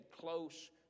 close